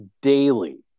daily